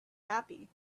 happy